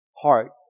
heart